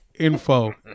info